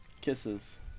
Kisses